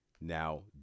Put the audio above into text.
Now